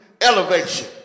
elevation